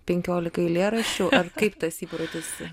penkiolika eilėraščių ar kaip tas įprotis